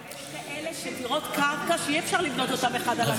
אבל יש כאלה דירות קרקע שאי-אפשר לבנות אותם אחד על השני.